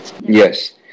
yes